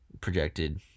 projected